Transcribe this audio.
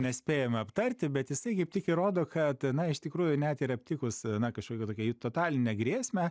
nespėjome aptarti bet jisai kaip tik ir rodo kad na iš tikrųjų net ir aptikus na kažkokią tokią totalinę grėsmę